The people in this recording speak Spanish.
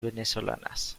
venezolanas